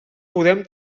podem